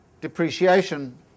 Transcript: depreciation